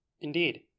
Indeed